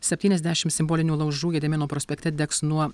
septyniasdešimt simbolinių laužų gedimino prospekte degs nuo